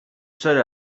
seul